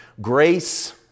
Grace